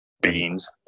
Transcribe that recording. Beans